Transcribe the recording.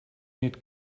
need